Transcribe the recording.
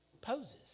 poses